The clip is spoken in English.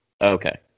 Okay